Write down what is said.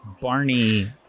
Barney